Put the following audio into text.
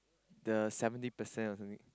the seventy percent or something